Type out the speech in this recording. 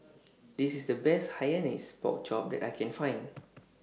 This IS The Best Hainanese Pork Chop that I Can Find